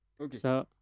Okay